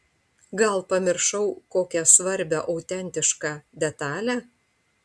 gal pamiršau kokią svarbią autentišką detalę